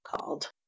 called